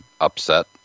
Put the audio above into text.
upset